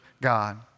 God